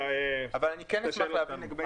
אבל כן אשמח להבין.